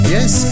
Yes